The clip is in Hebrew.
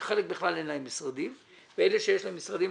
חלק שבכלל אין להם משרדים וגם כאלה שיש להם משרדים.